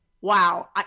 Wow